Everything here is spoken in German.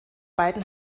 beiden